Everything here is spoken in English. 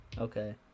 okay